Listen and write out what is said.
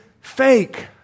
fake